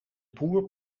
boer